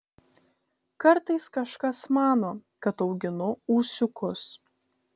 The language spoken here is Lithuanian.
kartais kažkas mano kad auginu ūsiukus